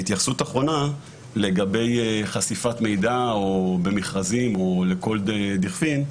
והתייחסות האחרונה לגבי חשיפת מידע במכרזים או לכל דחפין,